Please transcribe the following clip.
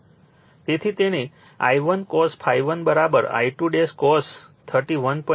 તેથી તેને I1 cos ∅1 I2 cos 31